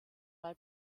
bei